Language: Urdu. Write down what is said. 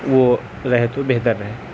وہ رہے تو بہتر ہے